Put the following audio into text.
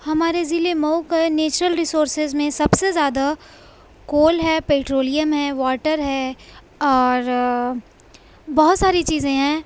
ہمارے ضلع مئو کا نیچرل ریسورسز میں سب سے زیادہ کول ہے پٹرولیم ہے واٹر ہے اور بہت ساری چیزیں ہیں